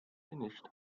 finished